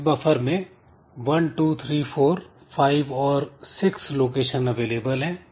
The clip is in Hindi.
इस बफर में 1 2 3 4 5 और 6 लोकेशन अवेलेबल है